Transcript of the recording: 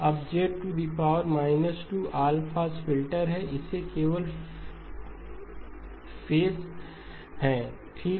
अब z 2 all pass filter है इसे केवल फेस है ठीक